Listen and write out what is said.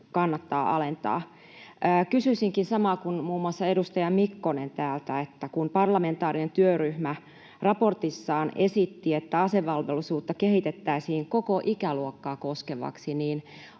kannattaa alentaa. Kysyisinkin samaa kuin muun muassa edustaja Mikkonen: kun parlamentaarinen työryhmä raportissaan esitti, että asevelvollisuutta kehitettäisiin koko ikäluokkaa koskevaksi, niin